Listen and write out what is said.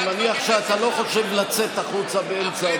אני מניח שאתה לא חושב לצאת החוצה באמצע הדברים.